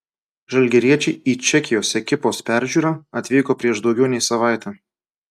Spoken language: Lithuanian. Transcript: žalgiriečiai į čekijos ekipos peržiūrą atvyko prieš daugiau nei savaitę